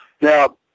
Now